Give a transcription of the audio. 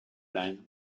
line